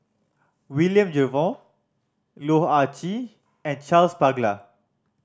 William Jervoi Loh Ah Chee and Charles Paglar